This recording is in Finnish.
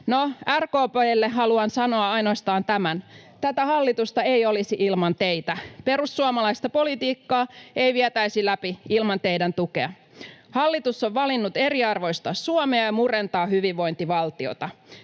RKP:lle haluan sanoa ainoastaan tämän: Tätä hallitusta ei olisi ilman teitä. Perussuomalaista politiikkaa ei vietäisi läpi ilman teidän tukeanne. Hallitus on valinnut eriarvoistaa Suomea ja murentaa hyvinvointivaltiota.